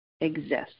exist